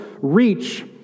reach